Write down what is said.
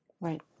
Right